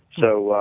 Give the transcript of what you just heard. so,